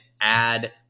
add